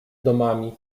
domami